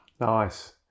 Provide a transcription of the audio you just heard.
Nice